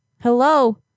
Hello